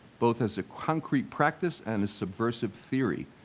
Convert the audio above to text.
both as a concrete practice and a subversive theory.